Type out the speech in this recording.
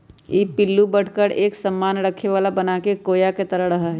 ई पिल्लू बढ़कर एक सामान रखे वाला बनाके कोया के तरह रहा हई